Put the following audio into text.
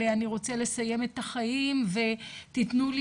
של אני רוצה לסיים את החיים ותתנו לי